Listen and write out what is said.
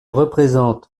représente